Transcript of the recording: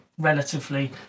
Relatively